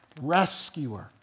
rescuer